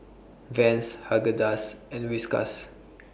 Vans Haagen Dazs and Whiskas